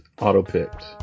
auto-picked